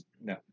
No